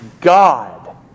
God